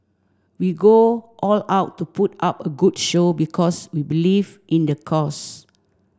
we go all out to put up a good show because we believe in the cause